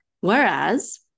Whereas